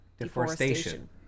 Deforestation